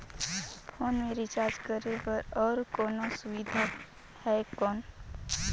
Phone मे recharge करे बर और कोनो सुविधा है कौन?